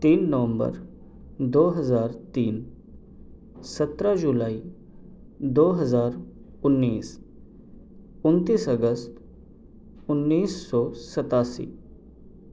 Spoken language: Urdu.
تین نومبر دو ہزار تین سترہ جولائی دو ہزار انیس انتیس اگست انیس سو ستاسی